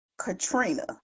Katrina